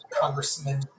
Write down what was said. Congressman